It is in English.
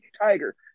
Tiger